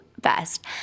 best